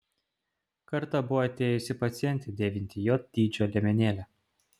kartą buvo atėjusi pacientė dėvinti j dydžio liemenėlę